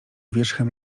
wierzchem